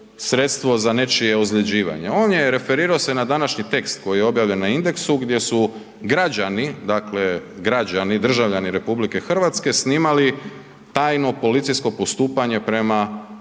sredstvo za nečije ozljeđivanje, on je referiro se na današnji tekst koji je objavljen na Indexu gdje su građani, dakle građani, državljani RH snimali tajno policijsko postupanje prema